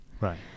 Right